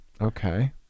Okay